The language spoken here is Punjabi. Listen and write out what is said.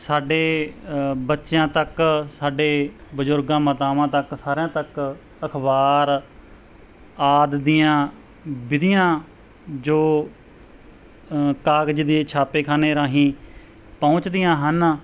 ਸਾਡੇ ਬੱਚਿਆਂ ਤੱਕ ਸਾਡੇ ਬਜ਼ੁਰਗਾਂ ਮਾਤਾਵਾਂ ਤੱਕ ਸਾਰਿਆਂ ਤੱਕ ਅਖਬਾਰ ਆਦਿ ਦੀਆਂ ਵਿਧੀਆਂ ਜੋ ਕਾਗਜ਼ ਦੀ ਛਾਪੇਖਾਨੇ ਰਾਹੀਂ ਪਹੁੰਚਦੀਆਂ ਹਨ